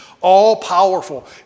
all-powerful